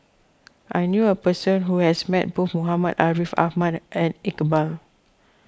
I knew a person who has met both Muhammad Ariff Ahmad and Iqbal